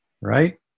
right